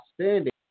standing